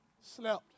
slept